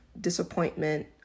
disappointment